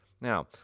Now